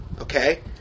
Okay